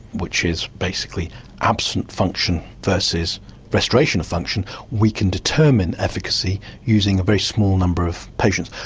which is basically absent function versus restoration of function we can determine efficacy using a very small number of patients.